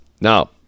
Now